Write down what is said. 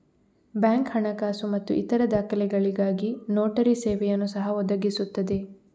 bank ಹಣಕಾಸು ಮತ್ತು ಇತರ ದಾಖಲೆಗಳಿಗಾಗಿ ನೋಟರಿ ಸೇವೆಯನ್ನು ಸಹ ಒದಗಿಸುತ್ತದೆ